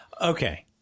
okay